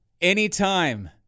Anytime